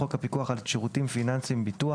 חוק הפיקוח על שירותים פיננסיים (ביטוח),